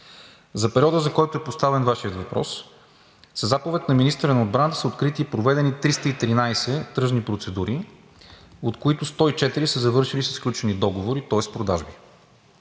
За периода, за който е поставен Вашият въпрос, със заповед на министъра на отбраната са открити и проведени 313 тръжни процедури, от които 104 са завършили със сключени договори, тоест продажби.